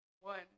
One